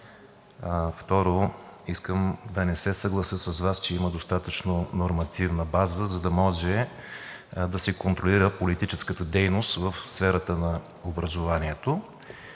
Второ, искам да не се съглася с Вас, че има достатъчно нормативна база, за да може да се контролира политическата дейност в сферата на образованието.